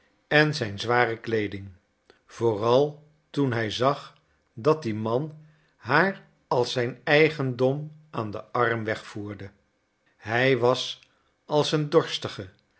en zijn zwarte kleeding vooral toen hij zag dat die man haar als zijn eigendom aan den arm wegvoerde hij was als een